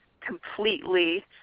completely